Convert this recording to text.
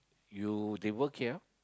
you they work here